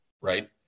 right